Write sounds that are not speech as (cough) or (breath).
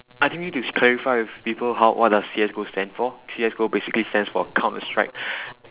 I think we need to (noise) clarify with people how what does C_S go stands for C_S go basically stands for counter strike (breath)